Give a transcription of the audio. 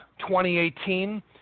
2018